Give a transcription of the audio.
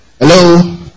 Hello